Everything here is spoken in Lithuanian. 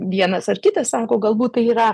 vienas ar kitas sako galbūt tai yra